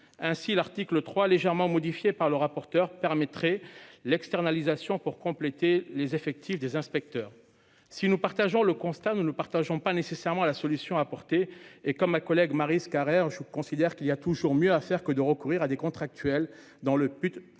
Aussi, l'article 3 légèrement modifié par le rapporteur, permettrait l'externalisation de certaines missions de manière à compléter les effectifs des inspecteurs. Si nous partageons le constat, nous ne soutenons pas nécessairement la solution apportée. Comme ma collègue Maryse Carrère, je considère qu'il y a toujours mieux à faire que de recourir à des contractuels pour